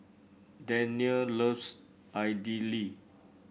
Dania loves Idili